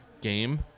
game